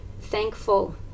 thankful